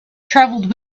travelled